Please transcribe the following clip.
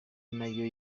nayo